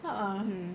ah ah